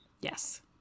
yes